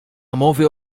mowy